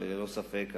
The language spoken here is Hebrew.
אבל ללא ספק,